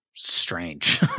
Strange